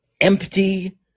empty